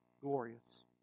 glorious